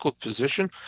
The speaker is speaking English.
position